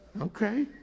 Okay